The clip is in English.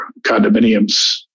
condominiums